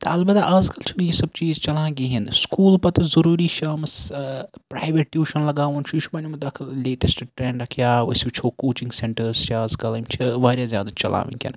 تہٕ اَلبتہ آز کَل چھُنہٕ یہِ سَب چیٖز چلان کِہیٖنۍ سکوٗل پَتہٕ ضروٗری شامَس پریویٹ ٹوٗشَن لگاوُن چھُ یہِ چھُ بَنیومُت اکھ لیٹیسٹ ٹرینڈ اکھ یا أسۍ وٕچھو کوچِنگ سینٹٲرٕس چھِ آز کَل یِم چھِ واریاہ زیادٕ چلان وٕنکیٚن